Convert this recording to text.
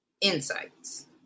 Insights